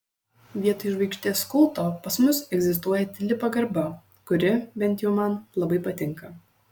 vietoj žvaigždės kulto pas mus egzistuoja tyli pagarba kuri bent jau man labai patinka